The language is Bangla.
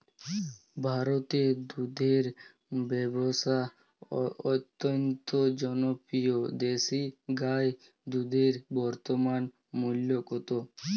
ভারতে দুধের ব্যাবসা অত্যন্ত জনপ্রিয় দেশি গাই দুধের বর্তমান মূল্য কত?